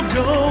go